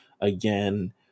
Again